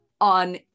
on